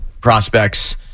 prospects